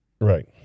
Right